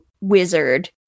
wizard